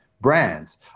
brands